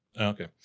okay